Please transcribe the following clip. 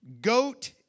Goat